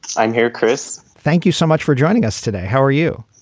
i'm here, chris. thank you so much for joining us today. how are you?